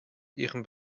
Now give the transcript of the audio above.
ihren